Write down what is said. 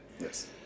Yes